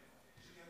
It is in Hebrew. חבר